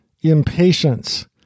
impatience